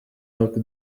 york